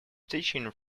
teaching